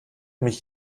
mich